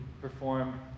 perform